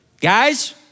Guys